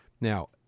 Now